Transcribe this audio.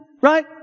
right